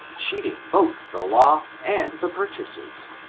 cheating both the law and the pur chasers.